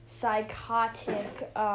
psychotic